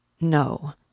No